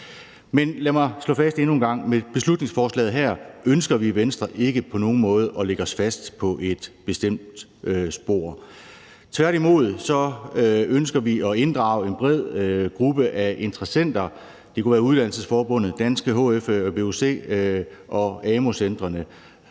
Men lad mig slå fast endnu en gang, at med beslutningsforslaget her ønsker vi i Venstre ikke på nogen måde at lægge os fast på et bestemt spor. Tværtimod ønsker vi at inddrage en bred gruppe af interessenter. Det kunne være Uddannelsesforbundet, Danske HF & VUC og amu-centrene.